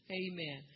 amen